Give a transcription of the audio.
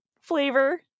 flavor